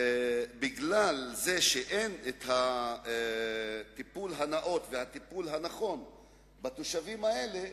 מכיוון שלא ניתן הטיפול הנאות והנכון בתושבים הללו,